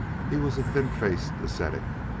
he was a thin-faced ascetic,